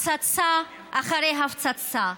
הפצצה אחרי הפצצה,